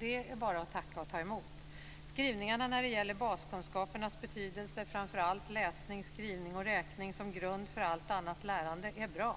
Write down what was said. Det är bara att tacka och ta emot. Skrivningarna när det gäller baskunskapernas betydelse, framför allt i läsning, skrivning och räkning, som grund för allt annat lärande, är bra.